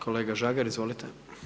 Kolega Žagar, izvolite.